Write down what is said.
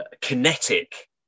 kinetic